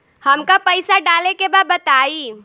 हमका पइसा डाले के बा बताई